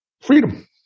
freedom